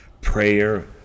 prayer